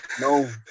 no